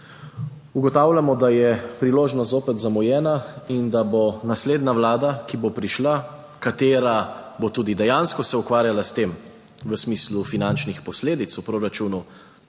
Ugotavljamo, da je priložnost zopet zamujena in da bo naslednja Vlada, ki bo prišla, katera bo tudi dejansko se ukvarjala s tem v smislu finančnih posledic v proračunu,